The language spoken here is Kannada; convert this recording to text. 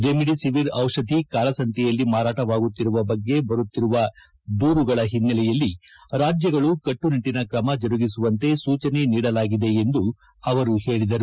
ರೆಮಿಡಿಸಿವರ್ ಔಷಧಿ ಕಾಳಸಂತೆಯಲ್ಲಿ ಮಾರಾಟವಾಗುತ್ತಿರುವ ಬಗ್ಗೆ ಬರುತ್ತಿರುವ ದೂರುಗಳ ಹಿನ್ನೆಲೆಯಲ್ಲಿ ರಾಜ್ಯಗಳು ಕಟ್ಟುನಿಟ್ಟನ ಕ್ರಮ ಜರುಗಿಸುವಂತೆ ಸೂಚನೆ ನೀಡಲಾಗಿದೆ ಎಂದು ಅವರು ಹೇಳಿದರು